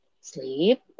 sleep